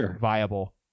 viable